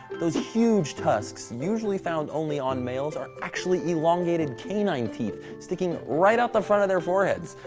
those huge tusks, usually found only on males, are actually elongated canine teeth sticking right out the front of their foreheads.